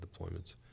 deployments